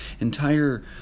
entire